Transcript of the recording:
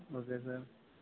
okay sir